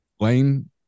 Lane